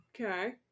Okay